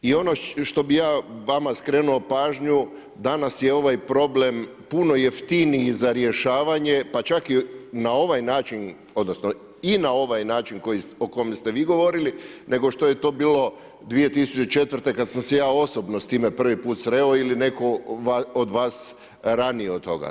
I ono što bi ja vama skrenuo pažnju, danas je ovaj problem puno jeftiniji za rješavanje pa čak na ovaj način odnosno i na ovaj način o kojem ste vi govorili nego što je to bilo 2004. kada sam se ja osobno s time prvi put sreo ili neko od vas ranije od toga.